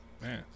Man